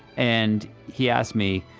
and he asked me,